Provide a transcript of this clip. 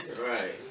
Right